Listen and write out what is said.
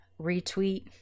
retweet